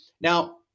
Now